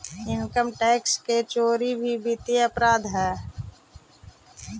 income tax के चोरी भी वित्तीय अपराध हइ